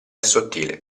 sottile